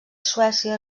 suècia